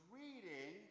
reading